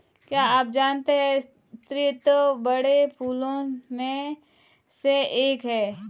क्या आप जानते है स्रीवत बड़े फूलों में से एक है